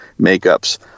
makeups